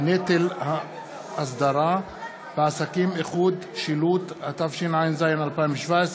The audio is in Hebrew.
נטל האסדרה בעסקים (איחוד שילוט), התשע"ז 2017,